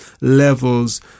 levels